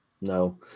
No